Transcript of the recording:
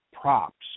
props